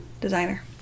designer